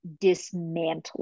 dismantling